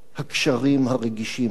הקשרים הרגישים הללו.